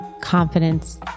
confidence